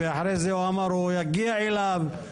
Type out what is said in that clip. ואחרי זה הוא אמר: הוא יגיע אליו.